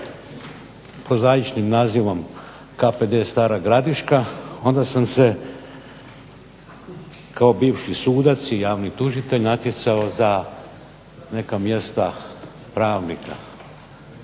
prozaičnim nazivom KPD Stara Gradiška, onda sam se kao bivši sudac i javni tužitelj natjecao za neka mjesta pravnika.